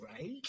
right